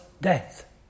death